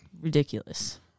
Ridiculous